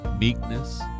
meekness